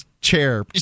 chair